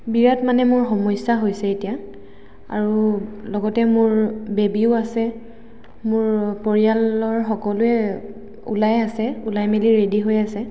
বিৰাট মানে মোৰ সমস্যা হৈছে এতিয়া আৰু লগতে মোৰ বেবীও আছে মোৰ পৰিয়ালৰ সকলোৱে ওলাই আছে ওলাই মেলি ৰেডি হৈ আছে